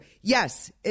Yes